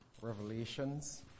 Revelations